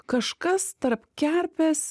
kažkas tarp kerpės